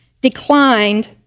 declined